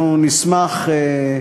אנחנו נשמח,